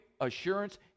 assurance